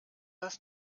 das